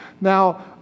Now